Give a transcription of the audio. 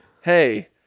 hey